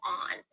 on